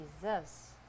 Jesus